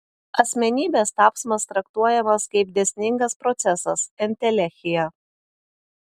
asmenybės tapsmas traktuojamas kaip dėsningas procesas entelechija